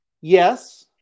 Yes